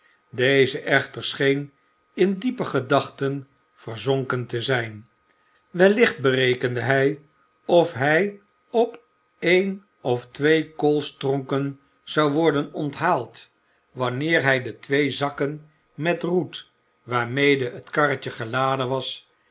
deze echter scheen in diepe gedachten verzonken te zijn wellicht berekende hij of hij op één of twee koolstronken zou worden onthaald wanneer hij de twee zakken met roet waarmede het karretje geladen was